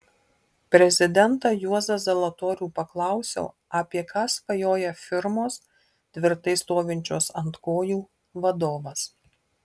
prezidentą juozą zalatorių paklausiau apie ką svajoja firmos tvirtai stovinčios ant kojų vadovas